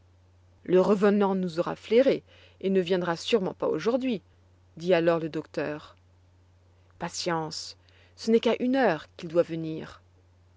le revenant nous aura flairés et ne viendra sûrement pas aujourd'hui dit alors le docteur patience ce n'est qu'à une heure qu'il doit venir